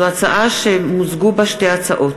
זו הצעה שמוזגו בה שתי הצעות.